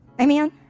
Amen